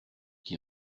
qui